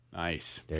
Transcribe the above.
Nice